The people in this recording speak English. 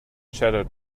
chattered